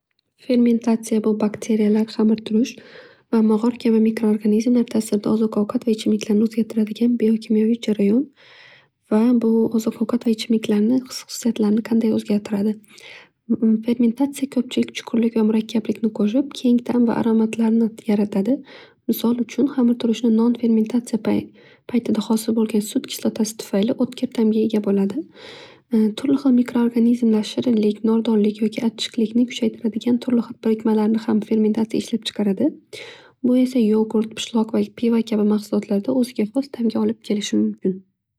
Fermentatsiya bu baqteriyalar, hamirturush va mog'or kabi mikro organizmlar tasirida oziq ovqat va ichimliklarni o'zgartiradigan biomkimyoviy jarayon. Va bu oziq ovqat va ichimliklarni his- xususiyatlarini qanday o'zgartiradi? Fermentatsiya ko'pchilik chuqurlik va murakkablikni qo'shib keng ta'm va aromatlarni yaratadi. Misol uchun, hamir turushni non fermentatsiya pay- paytida hosil bo'lgan sut kislotasi tufayli o'tkir ta'mga ega bo'ladi. Tuli xil mikro organizmlar, shirinlik, nordonlik yoki achchiqlikni kuchaytiradigan turli xil birikmalarni ham fermentatsiya ishlab chiqaradi. Bu esa yogurt, pishloq va pivo kabi mahsulotlarda o'ziga xos ta'mga olib kelishi mumkin.